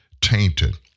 tainted